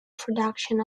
production